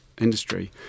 industry